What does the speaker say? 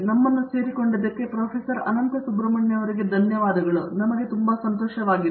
ನಮ್ಮನ್ನು ಸೇರಿಕೊಳ್ಳಲು ಪ್ರೊಫೆಸರ್ ಅನಂತ ಸುಬ್ರಹ್ಮಣ್ಯರಿಗೆ ಧನ್ಯವಾದಗಳು ಅದು ನಮಗೆ ಸಂತೋಷವಾಗಿದೆ